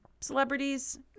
celebrities